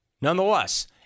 nonetheless